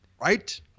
Right